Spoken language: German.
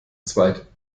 zweit